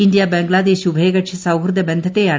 India ് ബംഗ്ലാദേശ് ഉഭയകക്ഷി സൌഹൃദ ബന്ധത്തെയാണ്